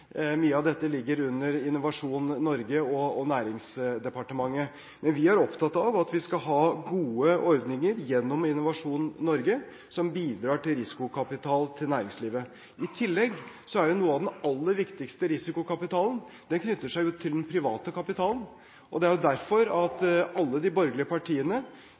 Mye av dette ligger under Innovasjon Norge og Næringsdepartementet. Men vi er opptatt av at vi skal ha gode ordninger gjennom Innovasjon Norge, som bidrar til risikokapital til næringslivet. I tillegg knytter noe av den aller viktigste risikokapitalen seg til den private kapitalen. Det er derfor alle de borgerlige partiene,